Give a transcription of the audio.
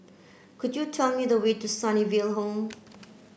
could you tell me the way to Sunnyville Home